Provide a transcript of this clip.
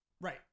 Right